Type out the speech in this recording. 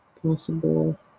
possible